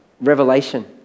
revelation